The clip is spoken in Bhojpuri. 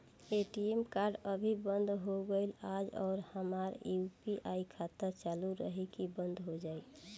ए.टी.एम कार्ड अभी बंद हो गईल आज और हमार यू.पी.आई खाता चालू रही की बन्द हो जाई?